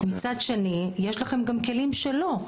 יש לכם גם כלים שלא,